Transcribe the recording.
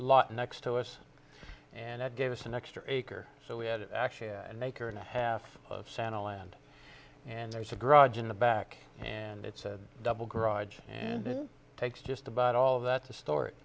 lot next to us and it gave us an extra acre so we had actually an acre and a half of santa land and there's a garage in the back and it said double garage and it takes just about all that to stor